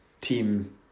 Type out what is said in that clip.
team